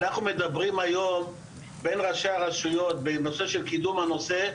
אנחנו מדברים היום בין ראשי הרשויות בנושא של קידום הנושא,